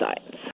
science